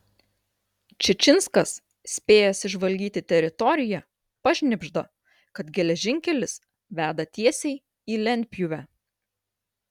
čičinskas spėjęs išžvalgyti teritoriją pašnibžda kad geležinkelis veda tiesiai į lentpjūvę